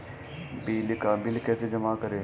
बिजली का बिल कैसे जमा करें?